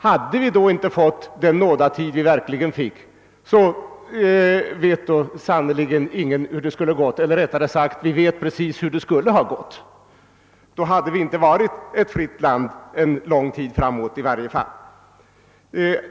Hade vi inte fått den nådatid som vi verkligen fick vet ingen hur det hade gått — eller rättare sagt, vi vet precis hur det skulle ha gått; då hade vi under en lång tid inte varit ett fritt land.